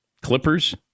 Clippers